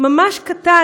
ממש קטן,